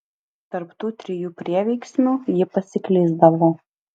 tarp tų trijų prieveiksmių ji pasiklysdavo